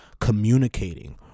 communicating